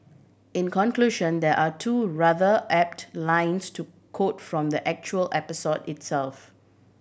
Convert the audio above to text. in conclusion there are two rather apt lines to quote from the actual episode itself